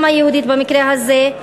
גם היהודית במקרה הזה,